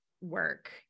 work